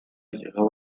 llegaba